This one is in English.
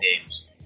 games